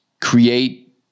create